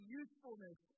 usefulness